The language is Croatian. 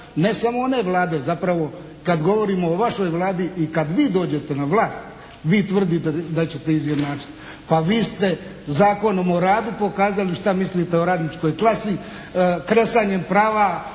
ne samo one Vlade zapravo kad govorimo o vašoj Vladi i kad vi dođete na vlast. Vi tvrdite da ćete izjednačiti. Pa vi ste Zakonom o radu pokazali šta mislite o radničkoj klasi. Kresanjem prava